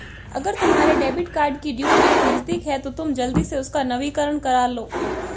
अगर तुम्हारे debit card की ड्यू डेट नज़दीक है तो तुम जल्दी से उसका नवीकरण करालो